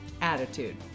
attitude